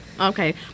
Okay